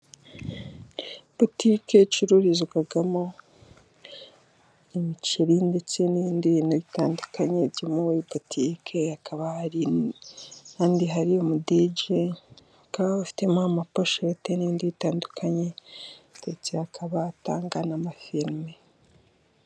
Butike icururizwamo imiceri ndetse n'ibindi bintu bitandukanye byo muri butike, hakaba hari ahandi hari umudije, bakaba bafitemo amapashete n'indi bintu tandukanye, ndetse akaba atanga n'amafirime.